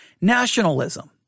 Nationalism